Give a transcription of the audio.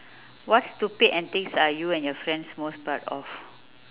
what stupid and things are you and your friends most proud of